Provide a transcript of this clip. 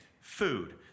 food